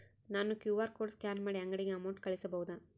ನಾನು QR code scan ಮಾಡಿ ಅಂಗಡಿಗೆ ಅಮೌಂಟ್ ಕಳಿಸಬಹುದಾ?